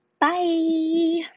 Bye